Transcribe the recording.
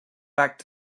back